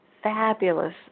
fabulous